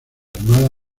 armada